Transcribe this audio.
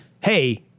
Hey